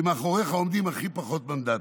שמאחוריך עומדים הכי פחות מנדטים.